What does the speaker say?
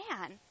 man